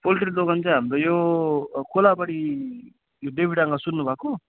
poultry दोकान चाहिँ हाम्रो यो कोलाबारी यो देवीडाँडा सुन्नुभएको